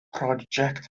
project